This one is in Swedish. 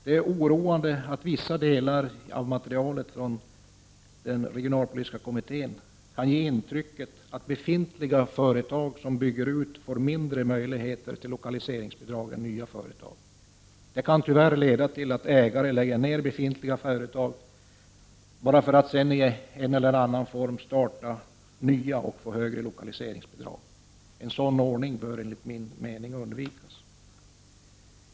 Det är oroande att vissa delar av materialet från regionalpolitiska kommittén kan ge intrycket att befintliga företag som bygger ut skall få mindre möjligheter till lokaliseringsbidrag än nya företag. Det kan tyvärr leda till att ägare lägger ned befintliga företag bara för att sedan starta ett nytt i en eller annan form och få högre lokaliseringsbidrag. En sådan ordning bör enligt min mening undvikas.